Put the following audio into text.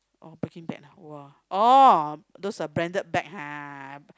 oh Birkin bag ah !wah! orh those uh branded bag ha